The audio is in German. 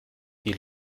die